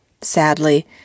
sadly